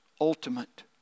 ultimate